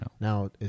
Now